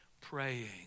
Praying